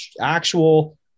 actual